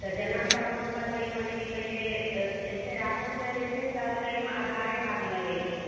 तऽ जन्म प्रमाण पत्र यहाॅं जे कि पहिले ऐसे राशनमे जे छै सब के यहाॅं अधारे कार्ड लगै छै